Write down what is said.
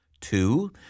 Two